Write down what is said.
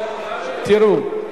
תראו,